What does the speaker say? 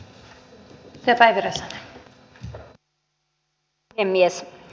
arvoisa rouva puhemies